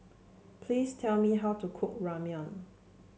please tell me how to cook Ramyeon